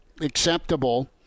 acceptable